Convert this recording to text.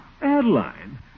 Adeline